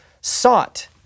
sought